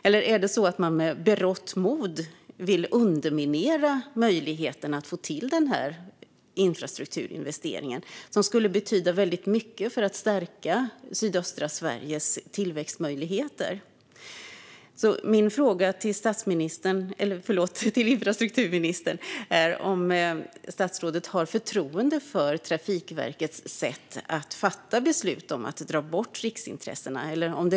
Eller vill man med berått mod underminera möjligheten att få till denna infrastrukturinvestering? Den skulle betyda väldigt mycket för att stärka tillväxtmöjligheterna i sydöstra Sverige. Min fråga till infrastrukturministern är om han har förtroende för Trafikverkets sätt att fatta beslut om att dra bort riksintressen.